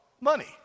Money